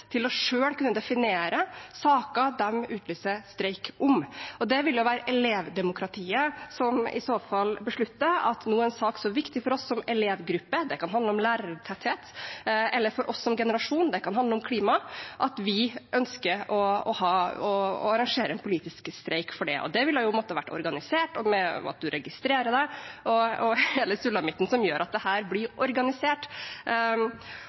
til selv å kunne definere saker de utlyser streik om. Det vil være elevdemokratiet som i så fall beslutter at nå er en sak så viktig for dem som elevgruppe – det kan handle om lærertetthet – eller for dem som generasjon – det kan handle om klima – at de ønsker å arrangere en politisk streik for det. Det vil måtte være organisert, med at man registrerer seg, og hele sulamitten, som gjør at dette blir organisert. Det